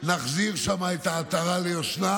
לא רק נחזיר לשם את העטרה ליושנה,